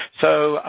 so,